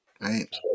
right